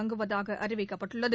தொடங்குவதாக அறிவிக்கப்பட்டுள்ளது